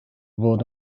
fod